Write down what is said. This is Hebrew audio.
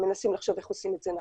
מנסים לחשוב איך עושים את זה נכון.